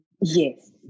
Yes